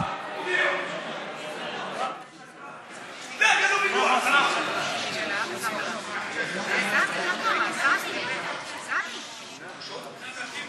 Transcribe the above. טלב אבו עראר העלה על סדר-יומה של הכנסת הצעה שבה הוא מבקש להקים ועדת